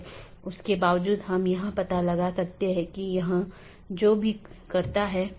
इन विशेषताओं को अनदेखा किया जा सकता है और पारित नहीं किया जा सकता है